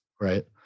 right